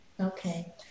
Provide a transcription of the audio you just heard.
Okay